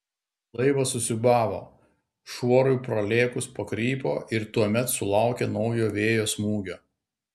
laivas susiūbavo šuorui pralėkus pakrypo ir tuomet sulaukė naujo vėjo smūgio